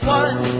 one